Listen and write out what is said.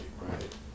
right